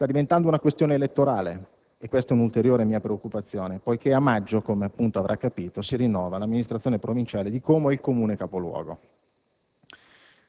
Sta diventando una questione elettorale e questa è una ulteriore mia preoccupazione, poiché a maggio - come avrà capito - si rinnova l'amministrazione provinciale di Como e il Comune capoluogo.